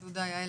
תודה, יעל.